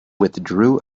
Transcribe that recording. withdrew